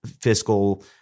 fiscal